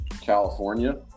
California